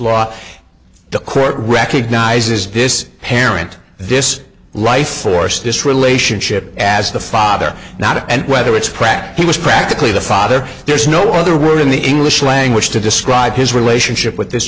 law the court recognizes this parent this lifeforce this relationship as the father not and whether it's practically was practically the father there's no other word in the english language to describe his relationship with this